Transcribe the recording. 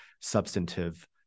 substantive